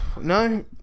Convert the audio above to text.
no